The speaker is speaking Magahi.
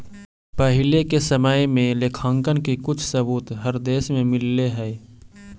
पहिले के समय में लेखांकन के कुछ सबूत हर देश में मिलले हई